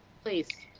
please.